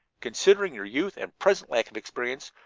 considering your youth and present lack of experience,